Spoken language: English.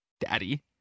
daddy